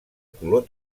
color